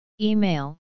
Email